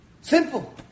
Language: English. Simple